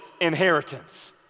inheritance